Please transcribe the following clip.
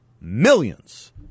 millions